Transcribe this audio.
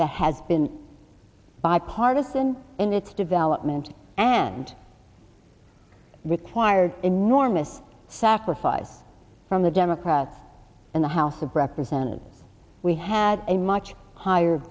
the has been bipartisan in its development and required enormous sacrifice from the democrats in the house of representatives we had a much higher